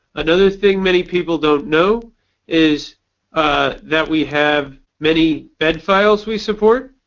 another thing many people don't know is that we have many bed files we support,